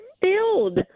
filled